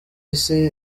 isi